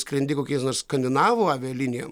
skrendi kokiais nors skandinavų avialinijom